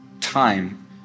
time